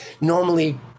normally